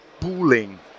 pooling